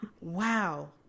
Wow